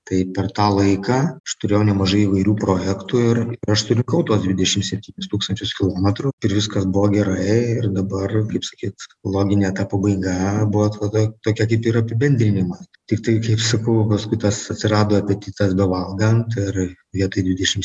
tai per tą laiką aš turėjau nemažai įvairių projektų ir aš surinkau tuos dvidešim septynis tūkstančius kilometrų ir viskas buvo gerai ir dabar kaip sakyt loginė ta pabaiga buvo tada tokia kaip ir apibendrinimas tiktai kaip sakau paskui tas atsirado apetitas bevalgant ir vietoj dvidešims